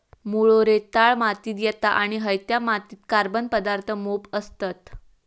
मुळो रेताळ मातीत येता आणि हयत्या मातीत कार्बन पदार्थ मोप असतत